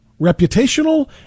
reputational